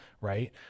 right